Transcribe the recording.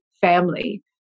family